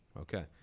Okay